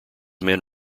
men